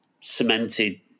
cemented